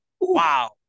Wow